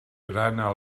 grana